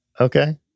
Okay